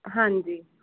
ਹਾਂਜੀ